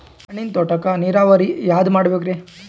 ಹಣ್ಣಿನ್ ತೋಟಕ್ಕ ನೀರಾವರಿ ಯಾದ ಮಾಡಬೇಕ್ರಿ?